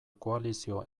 koalizio